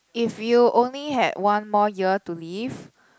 if you only had one more year to live